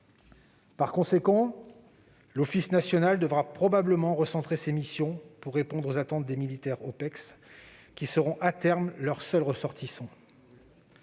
Par conséquent, l'Office national devra probablement recentrer ses missions pour répondre aux attentes des militaires OPEX, qui seront à terme leurs seuls ressortissants.